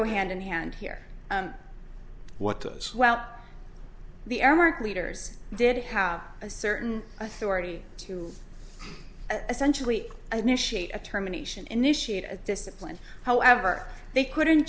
go hand in hand here what us well the aramark leaders did have a certain authority to essentially initiate a terminations initiate a discipline however they couldn't